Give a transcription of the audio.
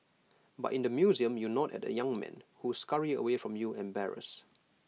but in the museum you nod at the young men who scurry away from you embarrassed